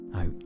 out